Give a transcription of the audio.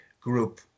group